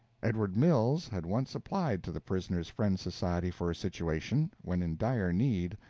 edward mills had once applied to the prisoner's friend society for a situation, when in dire need,